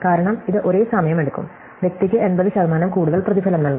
കാരണം ഇത് ഒരേ സമയം എടുക്കും വ്യക്തിക്ക് 80 ശതമാനം കൂടുതൽ പ്രതിഫലം നൽകും